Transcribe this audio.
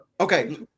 Okay